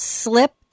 slip